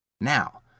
Now